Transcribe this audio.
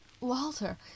Walter